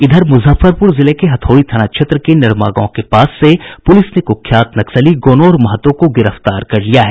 इधर मुजफ्फरपुर जिले के हथौड़ी थाना क्षेत्र के नरमा गांव से पुलिस ने कुख्यात नक्सली गोनौर महतो को गिरफ्तार कर लिया है